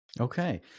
Okay